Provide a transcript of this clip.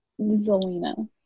Zelina